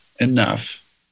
enough